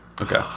Okay